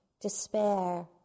despair